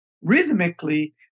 Rhythmically